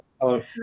Hello